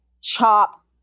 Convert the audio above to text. chop